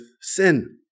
sin